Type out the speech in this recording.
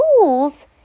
tools